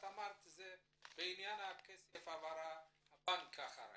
אמרת שבעניין הכסף הבנק אחראי.